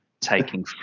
taking